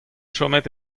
chomet